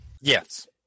Yes